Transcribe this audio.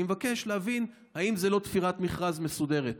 אני מבקש להבין אם זו לא תפירת מכרז מסודרת.